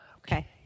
Okay